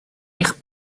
eich